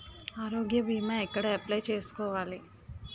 ఆరోగ్య భీమా ఎక్కడ అప్లయ్ చేసుకోవాలి?